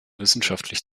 wissenschaftlich